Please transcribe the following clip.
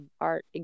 art